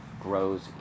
grows